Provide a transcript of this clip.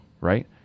Right